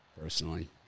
personally